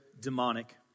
demonic